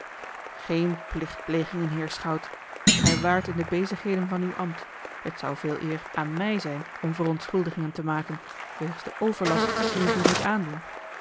geene plichtplegingen heer schout gij waart in de bezigheden van uw ambt het zou veeleer aan mij zijn om verontschuldigingen te maken wegens den overlast dien ik u moet a